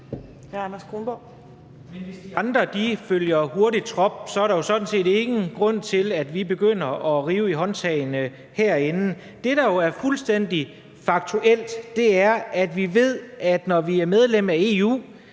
hvis de andre hurtigt følger trop, er der jo sådan set ingen grund til, at vi begynder at rive i håndtagene herinde. Det, der jo er fuldstændig faktuelt, er, at vi ved, at når vi er medlem af EU